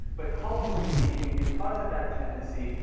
but culturally speaking, because of that tendency,